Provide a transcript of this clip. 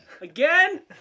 Again